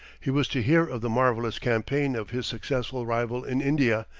he was to hear of the marvellous campaign of his successful rival in india,